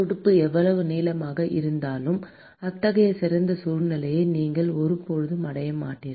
துடுப்பு எவ்வளவு நீளமாக இருந்தாலும் அத்தகைய சிறந்த சூழ்நிலையை நீங்கள் ஒருபோதும் அடைய மாட்டீர்கள்